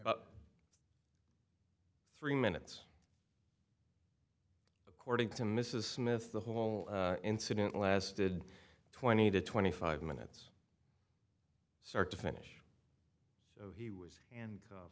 about three minutes according to mrs smith the whole incident lasted twenty to twenty five minutes start to finish he was and